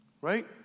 Right